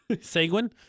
Seguin